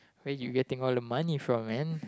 where do you getting all the money from man